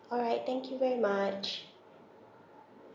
all right thank you very much